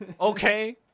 Okay